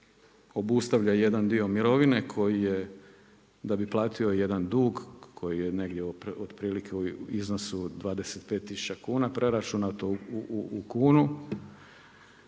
obustavlja jedan dio mirovine da bi platio jedan dug koji je negdje otprilike u iznosu od 25 tisuća kuna, preračunato u kunu.